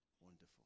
wonderful